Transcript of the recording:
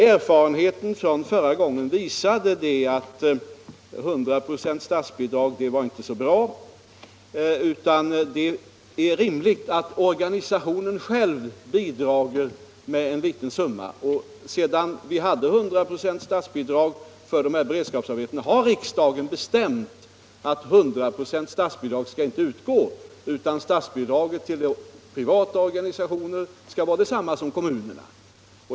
Erfarenheten från förra gången då detta var aktuellt visade att 100 96 statsbidrag inte var så bra. Det är rimligt att organisationen själv bidrager med en liten summa. Riksdagen har sedan dess också bestämt att 100-procentigt statsbidrag inte skall utgå för dessa beredskapsarbeten utan att statsbidraget till privata organisationer skall vara lika stort som för kommunerna.